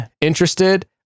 interested